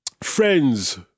Friends